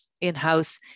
in-house